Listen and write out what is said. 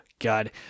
God